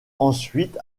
ensuite